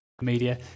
Media